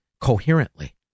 coherently